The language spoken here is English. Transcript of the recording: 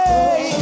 Hey